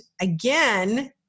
again